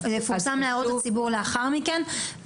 זה יפורסם להוראות הציבור לאחר מכן.